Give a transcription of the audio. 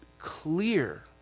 clear